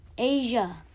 Asia